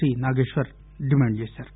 C Nageshwar demand చేశారు